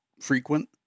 frequent